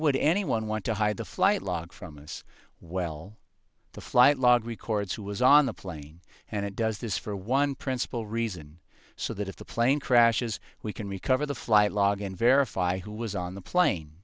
would anyone want to hide the flight log from this well the flight log records who was on the plane and it does this for one principle reason so that if the plane crashes we can recover the flight log and verify who was on the plane